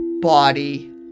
body